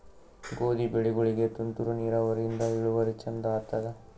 ಗೋಧಿ ಬೆಳಿಗೋಳಿಗಿ ತುಂತೂರು ನಿರಾವರಿಯಿಂದ ಇಳುವರಿ ಚಂದ ಆತ್ತಾದ?